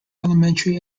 elementary